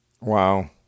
Wow